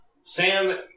Sam